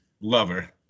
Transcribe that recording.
lover